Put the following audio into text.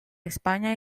españa